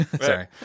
Sorry